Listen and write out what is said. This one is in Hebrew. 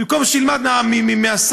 במקום שילמד מהשר,